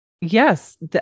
Yes